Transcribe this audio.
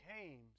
came